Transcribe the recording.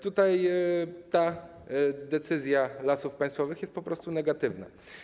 Ta decyzja Lasów Państwowych jest po prostu negatywna.